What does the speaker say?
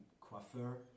Coiffeur